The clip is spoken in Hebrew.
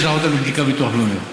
ואני אשלח אותם לבדיקה בביטוח לאומי.